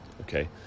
okay